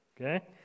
okay